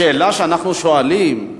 השאלה שאנחנו שואלים,